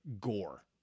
gore